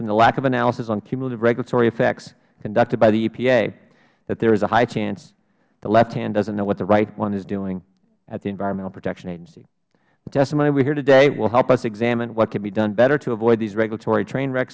from the lack of analysis on cumulative regulatory effects conducted by the epa that there is a high chance the left hand doesn't know what the right one is doing at the environmental protection agency the testimony we hear today will help us examine what can be done better to avoid these regulatory train wreck